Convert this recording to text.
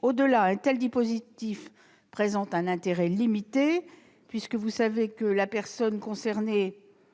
Au-delà, un tel dispositif présente un intérêt limité, puisque la personne concernée